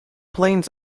plains